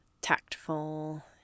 tactful